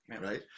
right